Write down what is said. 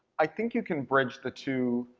i think you can bridge the two,